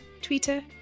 Twitter